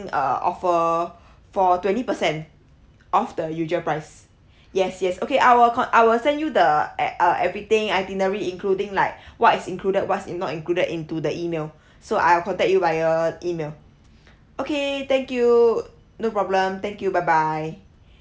a offer for twenty percent off the usual price yes yes okay I will con~ I will send you the a~ uh everything itinerary including like what is included what's not included into the email so I'll contact you via email okay thank you no problem thank you bye bye